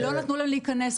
לא נתנו להם להיכנס,